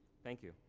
thank you.